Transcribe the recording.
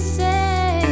say